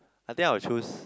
I think I will choose